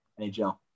NHL